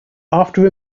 after